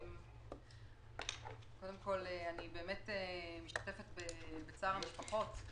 קודם כול, אני באמת משתתפת בצער המשפחות.